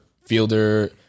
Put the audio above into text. fielder